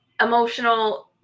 Emotional